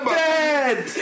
dead